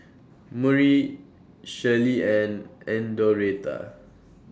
Murry Shirleyann and Doretha